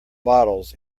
bottles